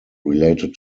related